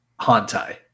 Hantai